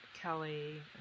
Kelly